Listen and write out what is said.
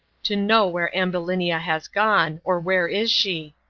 to know where ambulinia has gone, or where is she?